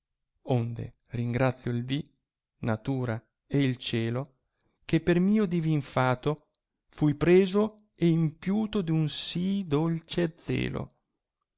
onde ringrazio il dì natura e il cielo che per mio divin fato fui preso e irapiuto d nn sì dolce zelo